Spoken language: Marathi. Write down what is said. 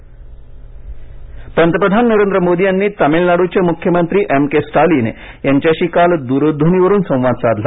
एम के स्टालिन पंतप्रधान नरेंद्र मोदी यांनी तमिळनाडूचे मुख्यमंत्री एम के स्टालिन यांच्याशी काल द्रध्वनीवरून संवाद साधला